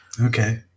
Okay